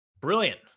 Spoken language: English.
Brilliant